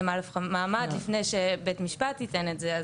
מעמד לפני שבית משפט ייתן את זה.